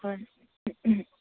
হয়